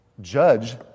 Judge